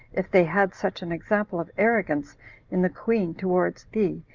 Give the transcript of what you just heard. if they, had such an example of arrogance in the queen towards thee,